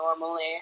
normally